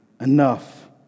enough